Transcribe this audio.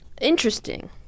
Interesting